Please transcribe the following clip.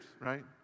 right